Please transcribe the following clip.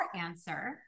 answer